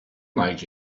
like